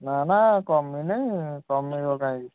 ନା ନା କମିନି କମିବ କାହିଁକି